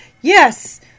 Yes